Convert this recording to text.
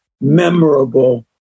memorable